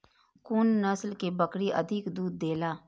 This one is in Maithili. कुन नस्ल के बकरी अधिक दूध देला?